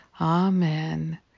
Amen